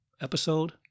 episode